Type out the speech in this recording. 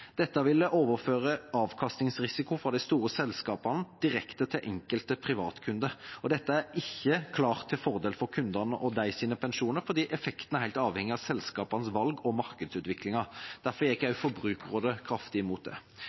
avkastningsrisiko fra de store selskapene direkte til enkelte privatkunder. Det er ikke klart til fordel for kundene og deres pensjoner, fordi effekten er helt avhengig av selskapenes valg og markedsutviklingen. Derfor gikk også Forbrukerrådet kraftig imot det.